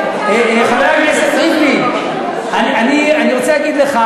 חבר הכנסת ריבלין, אני רוצה להגיד לך